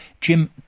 Jim